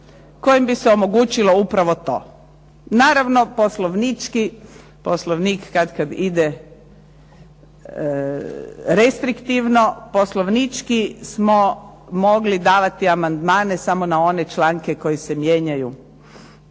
kojim bi se omogućilo upravo to. Naravno poslovnički, Poslovnik katkad ide restriktivno, poslovnički smo mogli davati amandmane samo na one članke koji se mijenjaju